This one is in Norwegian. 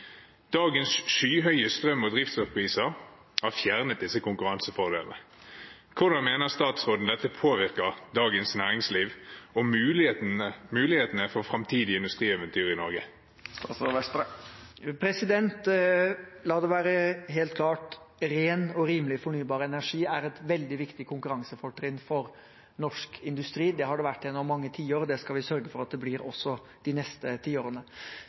Dagens skyhøye strøm- og drivstoffpriser har fjernet disse konkurransefordelene. Hvordan mener statsråden dette påvirker dagens næringsliv og mulighetene for framtidige industrieventyr i Norge?» La det være helt klart: Ren og rimelig fornybar energi er et veldig viktig konkurransefortrinn for norsk industri. Det har det vært gjennom mange tiår, og det skal vi sørge for at det blir også de neste tiårene.